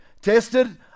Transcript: Tested